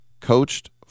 Coached